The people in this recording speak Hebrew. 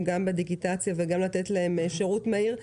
גם בדיגיטציה וגם לתת להם שירות מהיר.